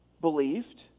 believed